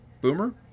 Boomer